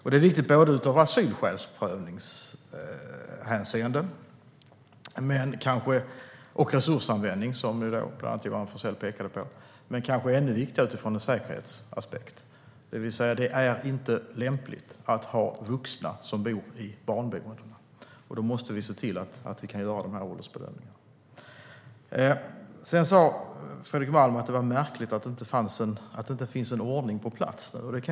Detta är viktigt i fråga om asylprövning och i fråga om resursanvändning, som bland annat Johan Forssell pekade på, och det är kanske ännu viktigare ur en säkerhetsaspekt. Det är inte lämpligt att vuxna bor i barnboenden. Vi måste se till att åldersbedömningarna kan göras. Fredrik Malm sa att det var märkligt att det inte finns en ordning på plats.